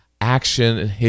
action